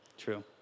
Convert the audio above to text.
true